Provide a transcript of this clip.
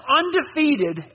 undefeated